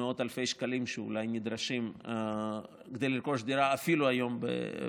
מאות אלפי השקלים שאולי נדרשים כדי לרכוש היום דירה אפילו בפריפריה,